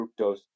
fructose